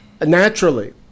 Naturally